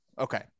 Okay